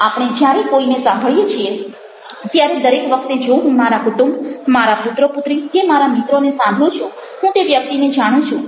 આપણે જ્યારે કોઈને સાંભળીએ છીએ ત્યારે દરેક વખતે જો હું મારા કુટુંબ મારા પુત્ર પુત્રી કે મારા મિત્રને સાંભળું છું હું તે વ્યક્તિને જાણું છું